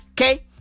Okay